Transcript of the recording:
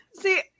See